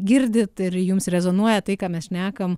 girdit tai ir jums rezonuoja tai ką mes šnekam